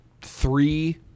three